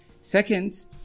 Second